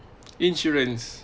insurance